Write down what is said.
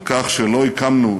על כך שלא הקמנו,